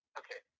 okay